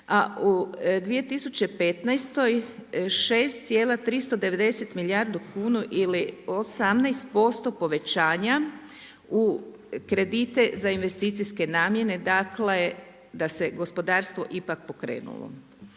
a u 2015. 6,390 milijardi kuna ili 18% povećanja u kredite za investicijske namjene, dakle da se gospodarstvo ipak pokrenulo.